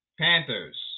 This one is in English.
Panthers